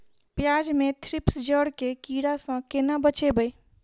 प्याज मे थ्रिप्स जड़ केँ कीड़ा सँ केना बचेबै?